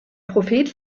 prophet